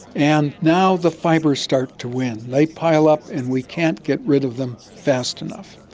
and now the fibres start to win, they pile up and we can't get rid of them fast enough.